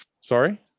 Sorry